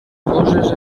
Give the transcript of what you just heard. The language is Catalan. coses